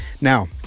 Now